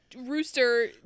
rooster